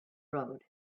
road